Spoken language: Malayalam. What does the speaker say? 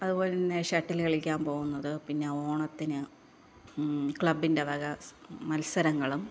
അതുപോലെ തന്നെ ഷട്ടില് കളിക്കാൻ പോകുന്നത് പിന്നെ ഓണത്തിന് ക്ലബിൻ്റെ വക മത്സരങ്ങളും